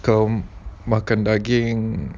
kalau makan daging